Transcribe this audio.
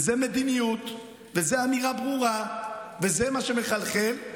וזאת מדיניות וזאת אמירה ברורה וזה מה שמחלחל.